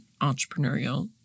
entrepreneurial